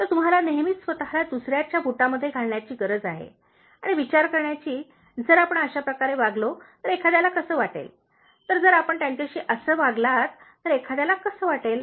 तर तुम्हाला नेहमीच स्वतला दुसर्याच्या बुटामध्ये घालण्याची गरज आहे आणि विचार करण्याची जर आपण अशा प्रकारे वागलो तर एखाद्याला कसे वाटते तर जर आपण त्यांच्याशी असे वागलात तर एखाद्याला कसे वाटेल